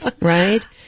right